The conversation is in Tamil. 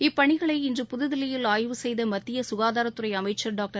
இப்பணிகளை இன்று புதுதில்லியில் ஆய்வு செய்த மத்திய சுகாதாரத்துறை அமைச்சர் டாக்டர்